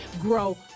grow